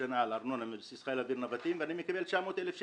בשנה על ארנונה מבסיס חיל האוויר נבטים ואני מקבל 900,000 שקלים.